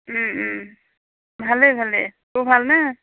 ও ও ভালে ভালে তোৰ ভাল নে